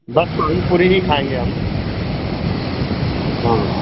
बस पालक पुरी ही खाएँगे हम हाँ